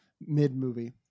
mid-movie